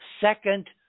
second